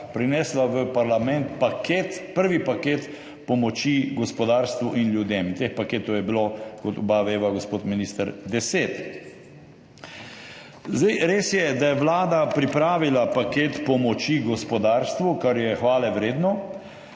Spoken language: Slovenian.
prinesla v parlament paket, prvi paket pomoči gospodarstvu in ljudem. Teh paketov je bilo, kot oba veva, gospod minister, deset. Res je, da je Vlada pripravila paket pomoči gospodarstvu, kar je hvalevredno,